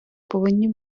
повинні